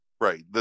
Right